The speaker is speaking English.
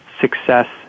success